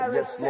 Yes